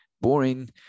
boring